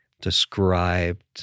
described